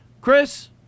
Chris